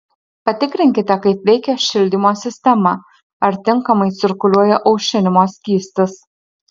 patikrinkite kaip veikia šildymo sistema ar tinkamai cirkuliuoja aušinimo skystis